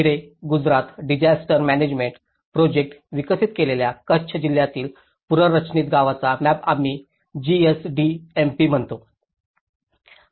खेडे Gujarat disaster management project विकसित केलेल्या कच्छ जिल्ह्यातील पुनर्रचित गावांचा मॅप आम्ही जीएसडीएमपी म्हणतो